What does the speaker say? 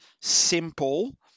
simple